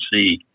see